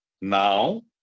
now